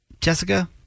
Jessica